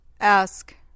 Ask